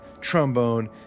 trombone